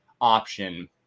option